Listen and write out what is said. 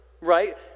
right